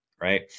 right